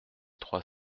trois